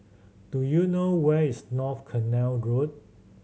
do you know where is North Canal Road